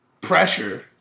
pressure